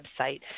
website